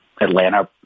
Atlanta